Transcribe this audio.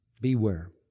Beware